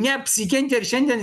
neapsikentė ir šiandien